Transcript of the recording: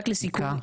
רק לסיכום,